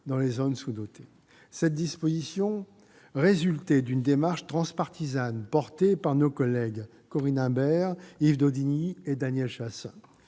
dans les zones sous-dotées. Cette disposition résultait d'une démarche transpartisane portée par nos collègues Corinne Imbert, Yves Daudigny et Daniel Chasseing.